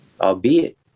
albeit